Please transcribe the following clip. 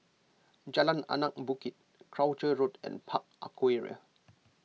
Jalan Anak Bukit Croucher Road and Park Aquaria